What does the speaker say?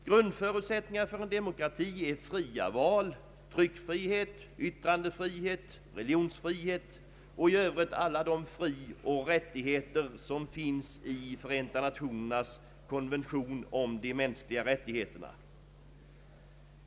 Grundförutsättningarna för en demokrati är fria val, tryckfrihet, yttrandefrihet, religionsfrihet och i övrigt alla de frioch rättigheter som finns i Förenta nationernas konventioner om de mänskliga rättigheterna.